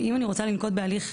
אם אני רוצה לנקוט בהליך,